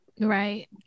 right